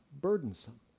burdensome